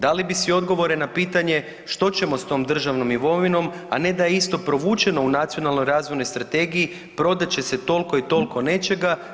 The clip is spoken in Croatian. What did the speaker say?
Dali bi si odgovore na pitanje što ćemo sa tom državom imovinom, a ne da isto je provučeno u Nacionalnoj razvojnoj strategiji prodat će se toliko i toliko nečega.